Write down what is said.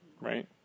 right